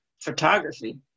photography